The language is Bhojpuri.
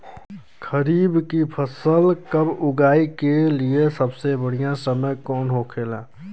खरीफ की फसल कब उगाई के लिए सबसे बढ़ियां समय कौन हो खेला?